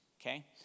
okay